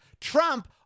Trump